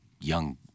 young